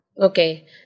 Okay